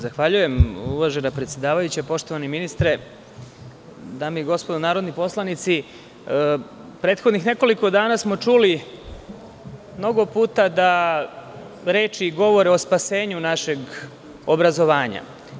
Zahvaljujem uvažena predsedavajuća, poštovani ministre, dame i gospodo narodni poslanici, prethodnih nekoliko dana smo čuli mnogo puta da reči govore o spasenju našeg obrazovanja.